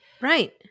Right